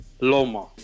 Loma